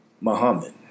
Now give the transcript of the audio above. Muhammad